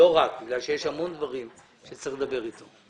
לא רק בגלל שיש המון דברים שצריך לדבר אתו.